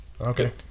Okay